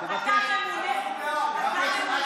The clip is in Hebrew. אתה הממונה, נכון?